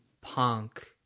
punk